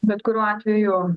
bet kuriuo atveju